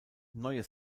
neue